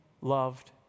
loved